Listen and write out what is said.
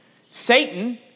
Satan